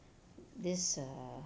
this err